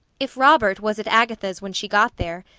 if robert was at agatha's when she got there,